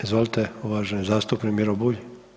Izvolite, uvaženi zastupnik Miro Bulj.